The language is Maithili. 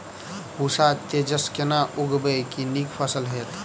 पूसा तेजस केना उगैबे की नीक फसल हेतइ?